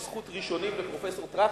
יש זכות ראשונים לפרופסור טרכטנברג,